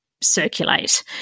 circulate